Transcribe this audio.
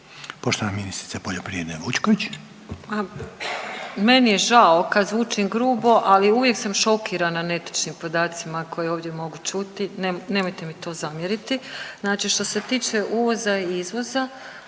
Poštovana ministrica poljoprivrede Vučković. **Vučković, Marija (HDZ)** Meni je žao kad zvučim grubo, ali uvijek sam šokirana netočnim podacima koje ovdje mogu čuti. Nemojte mi to zamjeriti. Znači što se tiče uvoza i izvoza